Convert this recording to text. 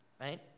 Right